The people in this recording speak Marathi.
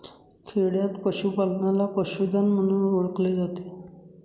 खेडयांत पशूपालनाला पशुधन म्हणून ओळखले जाते